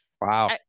Wow